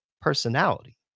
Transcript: personality